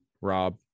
Rob